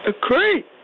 Great